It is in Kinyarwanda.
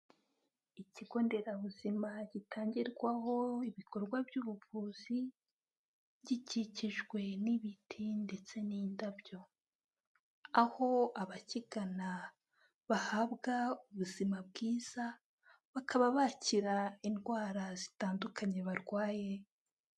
Ikigo nderabuzima gitangirwaho ibikorwa by'ubuvuzi, gikikijwe n'ibiti ndetse n'indabyo, aho abakigana bahabwa ubuzima bwiza, bakaba bakira indwara zitandukanye barwaye.